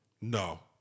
No